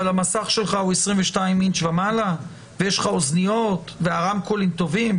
אבל המסך שלך הוא 22 אינץ' ומעלה ויש לך אוזניות והרמקולים טובים?